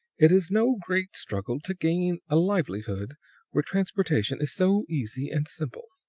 it is no great struggle to gain a livelihood where transportation is so easy and simple.